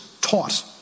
taught